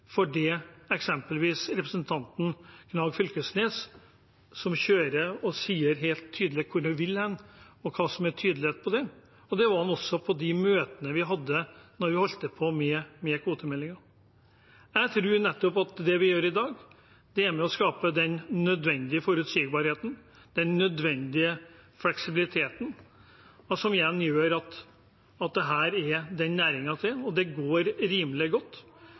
for eksempelvis representanten Knag Fylkesnes, som sier helt tydelig hvor de vil hen, hans tydelighet på det. Det gjorde han også på de møtene vi hadde da vi holdt på med kvotemeldingen. Jeg tror at det vi gjør i dag, nettopp er med og skaper den nødvendige forutsigbarheten, den nødvendige fleksibiliteten, som igjen gjør at dette er en næring som går rimelig godt. Jeg fikk til og med noen rapporter i går fra seifisket i Ytre Namdalen, men også nordfra: Fiskeriene går godt.